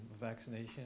vaccination